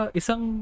isang